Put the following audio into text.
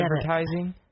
advertising